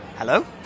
Hello